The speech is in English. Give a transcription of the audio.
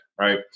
right